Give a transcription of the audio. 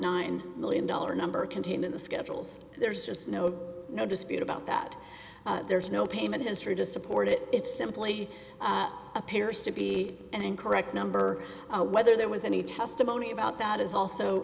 nine million dollar number contained in the schedules there's just no no dispute about that there's no payment history to support it it's simply appears to be an incorrect number whether there was any testimony about that is also